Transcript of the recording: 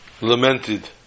lamented